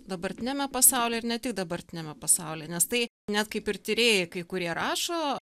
dabartiniame pasaulyje ir ne tik dabartiniame pasaulyje nes tai net kaip ir tyrėjai kai kurie rašo